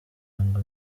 ngo